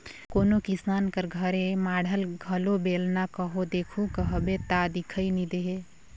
कोनो किसान कर घरे माढ़ल घलो बेलना कहो देखहू कहबे ता दिखई नी देहे